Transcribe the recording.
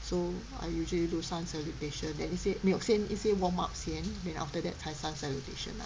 so I usually do sun salutation then 一些没有先一些 a warm up 先 then after that 才 sun salutation lah